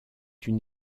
une